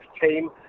team